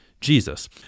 Jesus